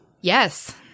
Yes